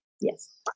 yes